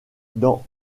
dans